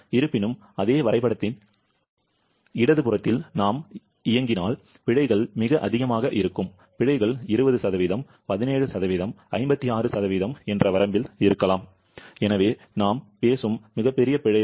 இருப்பினும் அதே வரைபடத்தின் இடது புறத்தில் நாம் இயங்கினால் பிழைகள் மிக அதிகமாக இருக்கும் பிழைகள் 20 17 56 வரம்பில் இருக்கலாம் எனவே நாம் பேசும் மிகப் பெரிய பிழைகள்